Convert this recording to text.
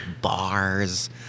bars